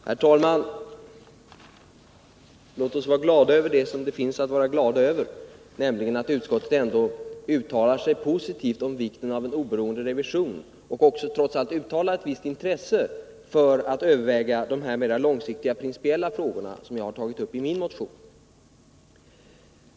Herr talman! Låt oss vara glada över det som finns att vara glad över, nämligen att utskottet ändå uttalar sig positivt om vikten av en oberoende revision och trots allt ger uttryck för ett visst intresse för att överväga de mera långsiktiga principiella frågor som jag har tagit upp i min motion.